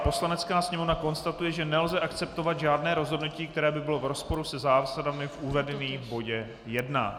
Poslanecká sněmovna konstatuje, že nelze akceptovat žádné rozhodnutí, které by bylo v rozporu se zásadami uvedenými v bodě I.